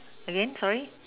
again sorry